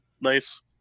nice